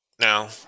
Now